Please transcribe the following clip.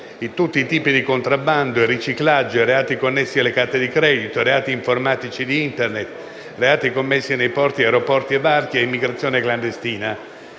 e di contrabbando, il riciclaggio, i reati connessi alle carte di credito, i reati informatici e suInternet, i reati commessi nei porti, aeroporti e altri varchi e l'immigrazione clandestina.